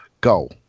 Goal